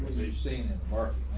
we've seen it market